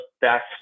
best